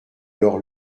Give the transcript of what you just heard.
leur